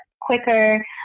quicker